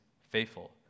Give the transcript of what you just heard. faithful